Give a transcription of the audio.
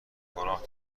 گناه